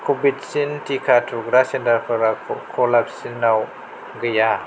कभेक्सिन टिका थुग्रा सेन्टारफोरा क'लासिबआव गैया